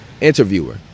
interviewer